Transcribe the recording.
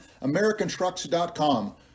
americantrucks.com